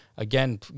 Again